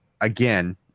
again